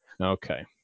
Okay